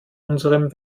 unserem